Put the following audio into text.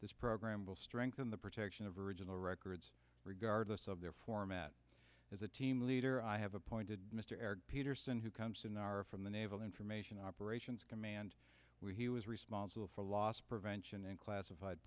this program will strengthen the protection of original records regardless of their format as a team leader i have appointed mr eric peterson who comes in our from the naval information operations command where he was responsible for loss prevention and classified